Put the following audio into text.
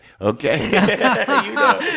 Okay